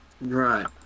right